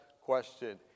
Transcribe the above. question